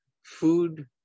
food